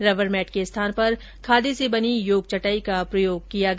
rubber mat के स्थान पर खादी से बनी योग चटाई का प्रयोग किया गया